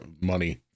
money